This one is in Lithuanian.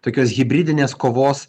tokios hibridinės kovos